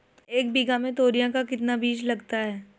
एक बीघा में तोरियां का कितना बीज लगता है?